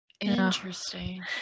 interesting